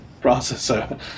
processor